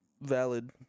valid